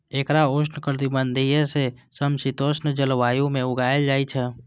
एकरा उष्णकटिबंधीय सं समशीतोष्ण जलवायु मे उगायल जाइ छै